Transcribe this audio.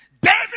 David